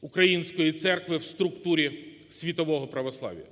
Української Церкви в структурі світового православ'я.